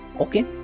okay